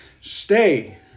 Stay